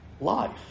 life